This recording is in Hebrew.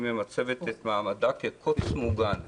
והיא ממצבת את מעמדה כקוץ מוגן,